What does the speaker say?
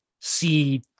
see